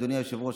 אדוני היושב-ראש,